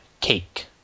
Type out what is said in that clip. cake